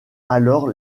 alors